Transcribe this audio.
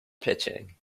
pitching